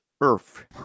earth